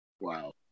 Wow